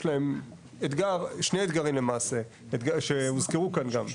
יש להם אתגר, שני אתגרים למעשה שהוזכרו כאן גם.